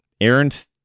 Aaron's